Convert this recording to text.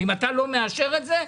אם אתה לא מאשר את זה,